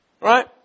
Right